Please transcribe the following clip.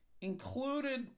included